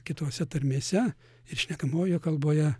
kitose tarmėse ir šnekamojo kalboje